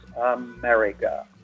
America